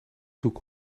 doek